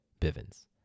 Bivens